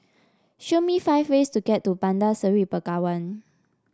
show me five ways to get to Bandar Seri Begawan